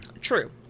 True